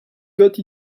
got